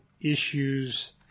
issues